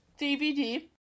DVD